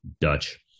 Dutch